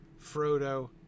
Frodo